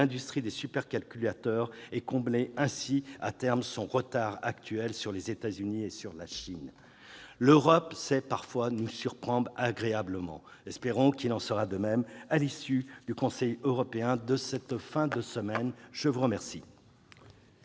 l'industrie des supercalculateurs et combler ainsi, à terme, son retard actuel sur les États-Unis et la Chine. L'Europe sait parfois nous surprendre agréablement. Espérons qu'il en sera de même à l'issue du Conseil européen de cette fin de semaine. Très bien